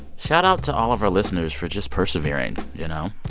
shoutout to all of our listeners for just persevering, you know?